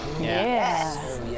Yes